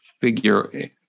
figure